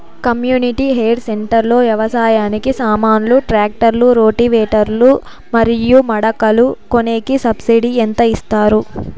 community hire centre లో వ్యవసాయానికి సామాన్లు ట్రాక్టర్లు రోటివేటర్ లు మరియు మడకలు కొనేకి సబ్సిడి ఎంత ఇస్తారు